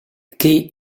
kay